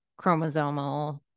chromosomal